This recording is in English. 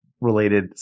related